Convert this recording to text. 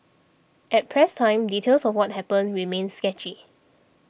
at press time details of what happened remains sketchy